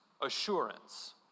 assurance